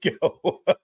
go